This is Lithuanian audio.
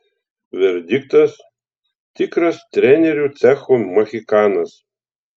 verdiktas tikras trenerių cecho mohikanas